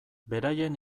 beraien